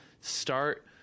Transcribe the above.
start